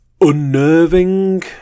unnerving